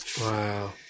Wow